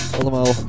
allemaal